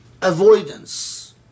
avoidance